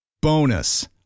Bonus